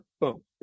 boom